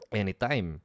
anytime